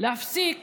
להפסיק